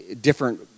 different